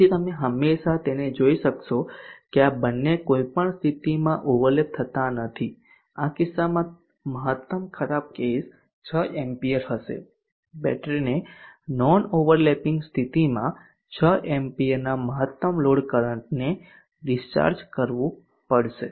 તેથી તમે હંમેશાં તેને જોઈ શકશો કે આ બંને કોઈ પણ સ્થિતિમાં ઓવરલેપ થતા નથી આ કિસ્સામાં મહત્તમ ખરાબ કેસ 6 એમ્પીયર હશે બેટરીને નોન ઓવરલેપિંગ સ્થિતિમાં 6 એમ્પીયરના મહત્તમ લોડ કરંટને ડિસ્ચાર્જ કરવું પડશે